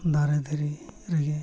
ᱫᱟᱨᱮ ᱫᱷᱤᱨᱤ ᱨᱮᱜᱮ